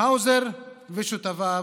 האוזר ושותפיו,